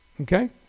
Okay